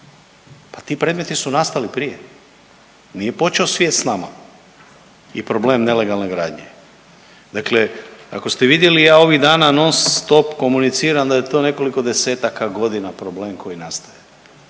pa ti premeti su nastali prije, nije počeo svijet s nama i problem nelegalne gradnje. Dakle ako ste vidjeli ja ovih dana non stop komuniciram da je to nekoliko desetaka godina problem koji nastaje,